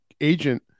agent